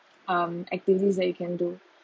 um activities that you can do